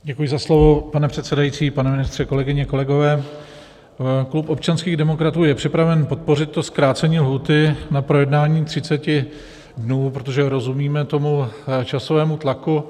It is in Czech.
Děkuji za slovo, pane předsedající, pane ministře, kolegyně, kolegové, klub občanských demokratů je připraven podpořit zkrácení lhůty na projednání o 30 dnů, protože rozumíme časovému tlaku.